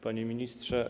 Panie Ministrze!